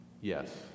Yes